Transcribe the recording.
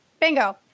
Bingo